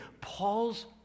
Paul's